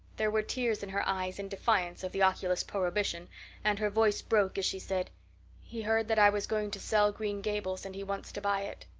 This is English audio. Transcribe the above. there were tears in her eyes in defiance of the oculist's prohibition and her voice broke as she said he heard that i was going to sell green gables and he wants to buy it.